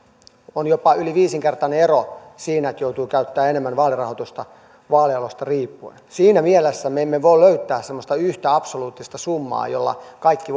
on jopa yli viisinkertainen ero siinä että joutuu käyttämään enemmän vaalirahoitusta vaalialueesta riippuen siinä mielessä me emme voi löytää semmoista yhtä absoluuttista summaa jolla kaikki